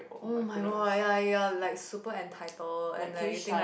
oh my god ya y'all like super entitled and like you think like